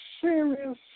serious